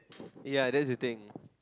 ya that's the thing